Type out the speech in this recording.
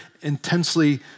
intensely